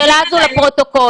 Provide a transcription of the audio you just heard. לשאלה הזו לפרוטוקול,